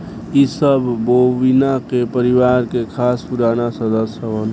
इ सब बोविना के परिवार के खास पुराना सदस्य हवन